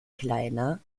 kleiner